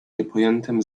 niepojętym